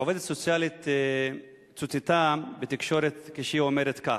עובדת סוציאלית צוטטה בתקשורת כשהיא אומרת כך: